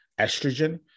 estrogen